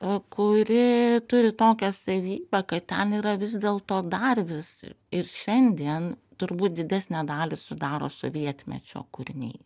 o kūrėjai turi tokią savybę kad tam yra vis dėl to dar vis ir šiandien turbūt didesnę dalį sudaro sovietmečio kūriniai